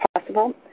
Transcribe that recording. possible